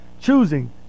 choosing